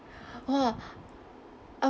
!wah! I